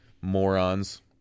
morons